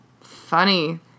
Funny